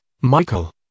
Michael